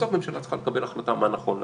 בסוף הממשלה צריכה לקבל החלטה מה נכון לעשות.